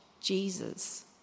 Jesus